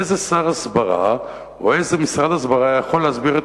איזה שר הסברה או איזה משרד הסברה יכול להסביר את